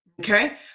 Okay